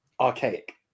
archaic